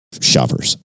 Shoppers